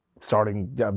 starting